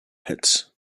pits